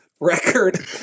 Record